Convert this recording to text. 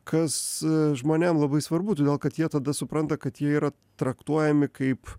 kas žmonėm labai svarbu todėl kad jie tada supranta kad jie yra traktuojami kaip